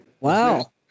Wow